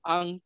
Ang